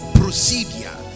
procedure